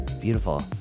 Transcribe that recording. Beautiful